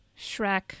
Shrek